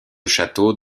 château